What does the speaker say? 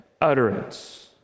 utterance